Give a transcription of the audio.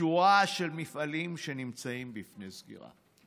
שורה של מפעלים שנמצאים בפני סגירה.